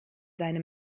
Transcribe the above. seine